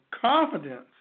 confidence